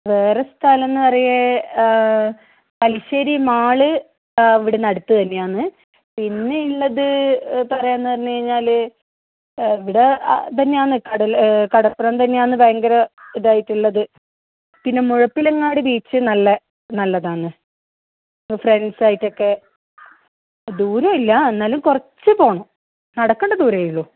വേറെ സ്ഥലം എന്ന് പറയേ തലശ്ശെരി മാള് ഇവിടുന്ന് അടുത്ത് തന്നെ ആണ് പിന്നെ ഉള്ളത് പറയാനെന്ന് പറഞ്ഞ്കഴിഞ്ഞാല് ഇവിടെ അത് തന്നെ ആണ് കടൽ കടപ്പുറം തന്നെ ആന്ന് ഭയങ്കര ഇതായിട്ട് ഉള്ളത് പിന്നെ മുഴപ്പിലങ്ങാടി ബീച്ച് നല്ല നല്ലതാണ് ഫ്രണ്ട്സ് ആയിട്ടൊക്കെ ദൂരം ഇല്ല എന്നാലും കുറച്ച് പോകണം നടക്കണ്ട ദൂരമേ ഉള്ളു